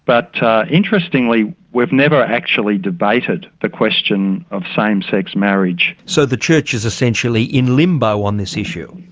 but interestingly we've never actually debated the question of same-sex marriage. so the church is essentially in limbo on this issue?